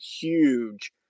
huge